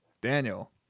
Daniel